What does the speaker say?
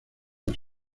las